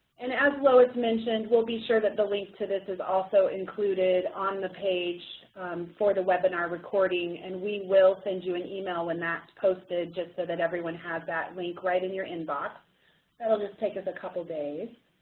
and as lois mentioned, we'll be sure that the link to this is also included on the page for the webinar recording, and we will send you an email when that's posted just so that everyone has that link right in your inbox. that will just take us a couple days.